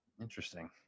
Interesting